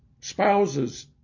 spouses